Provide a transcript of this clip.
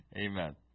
Amen